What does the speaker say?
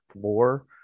floor